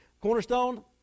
Cornerstone